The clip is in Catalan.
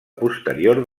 posterior